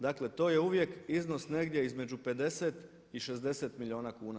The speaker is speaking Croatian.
Dakle, to je uvijek iznos negdje između 50 i 60 milijuna kuna.